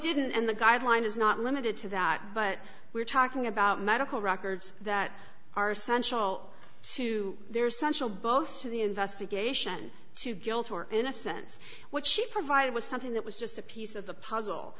didn't and the guideline is not limited to that but we're talking about medical records that are essential to their essential both to the investigation to guilt or innocence what she provided was something that was just a piece of the puzzle